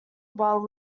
while